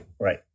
Right